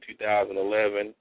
2011